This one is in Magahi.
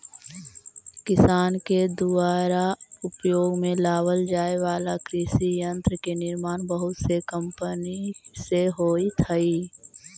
किसान के दुयारा उपयोग में लावल जाए वाला कृषि यन्त्र के निर्माण बहुत से कम्पनिय से होइत हई